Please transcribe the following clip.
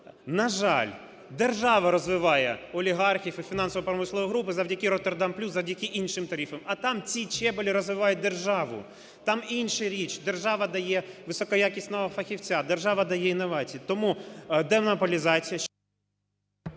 на жаль, держава розвиває олігархів і фінансово-промислові групи завдяки "Роттердам плюс", завдяки іншим тарифам. А там ці чеболі розвивають державу, там інша річ: держава дає високоякісного фахівця, держава дає інновації. Тому демонополізація,